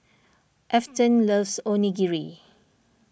Afton loves Onigiri